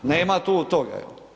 Nema tu toga.